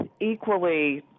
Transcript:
equally